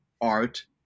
art